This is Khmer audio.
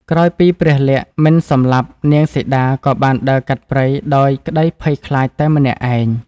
ក្រោយពីព្រះលក្សណ៍មិនសម្លាប់ នាងសីតាក៏បានដើរកាត់ព្រៃដោយក្តីភ័យខ្លាចតែម្នាក់ឯង។